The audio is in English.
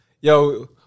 yo